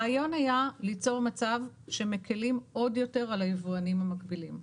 הרעיון היה ליצור מצב שמקלים עוד יותר על היבואנים המקבילים.